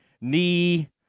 knee